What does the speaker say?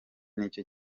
nicyo